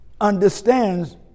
understands